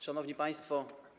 Szanowni Państwo!